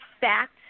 fact